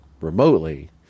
remotely